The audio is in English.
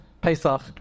Pesach